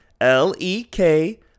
L-E-K